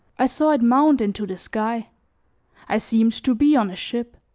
i saw it mount into the sky i seemed to be on a ship